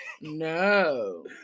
No